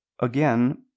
Again